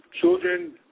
children